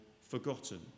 forgotten